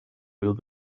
will